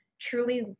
truly